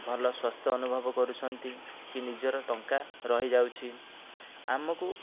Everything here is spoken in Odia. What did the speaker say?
ଭଲ ସ୍ୱାସ୍ଥ୍ୟ ଅନୁଭବ କରୁଛନ୍ତି କି ନିଜର ଟଙ୍କା ରହିଯାଉଛି ଆମକୁ